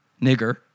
Nigger